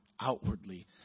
outwardly